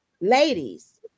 ladies